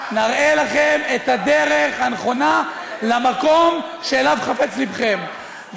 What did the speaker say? נראה לכם את הדרך הנכונה למקום שאליו חפץ לבכם.